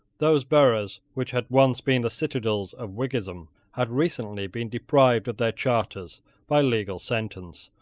those boroughs which had once been the citadels of whiggism had recently been deprived of their charters by legal sentence,